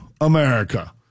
America